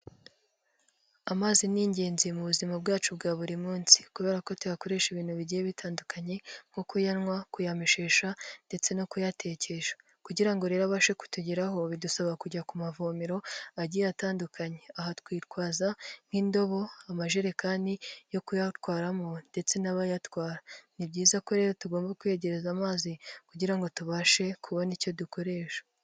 Amazi ni ingenzi mu buzima bwacu bwa buri munsi kubera ko tuyakoresha ibintu bigiye bitandukanye nko kuyanywa, kuyamishesha, ndetse no kuyatekesha. Kugira ngo rero abashe kutugeraho bidusaba kujya ku mavomero agiye atandukanye aha twitwaza nk'indobo, amajerekani yo kuyatwaramo ndetse n'abayatwara. Ni byiza ko rero tugomba kweyegereza amazi kugirango ngo tubashe kubona icyo dukoresha.